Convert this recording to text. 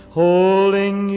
holding